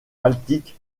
baltique